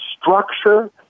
structure